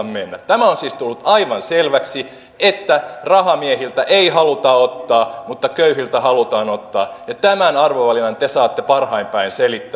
tämä on siis tullut aivan selväksi että rahamiehiltä ei haluta ottaa mutta köyhiltä halutaan ottaa ja tämän arvovalinnan te saatte parhain päin selittää